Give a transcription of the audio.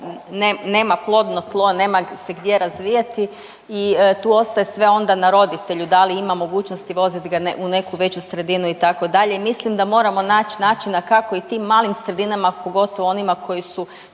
nema plodno tlo, nema se gdje razvijati i tu ostaje sve onda na roditelju, da li ima mogućnosti voziti ga u neku veću sredinu, itd., mislim da moramo naći načina kako i tim malim sredinama, pogotovo onima koji su